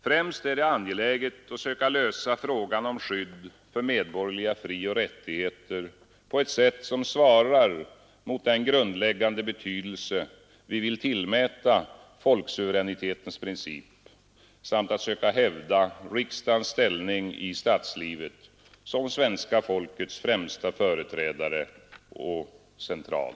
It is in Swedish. Främst är det angeläget att söka lösa frågan om skydd för medborgerliga frioch rättigheter på ett sätt som svarar mot den grundläggande betydelse vi vill tillmäta folksuveränitetens söka princip samt att hävda riksdagens ställning i statslivet som svenska folkets främsta företrädare och central